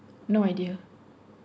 no idea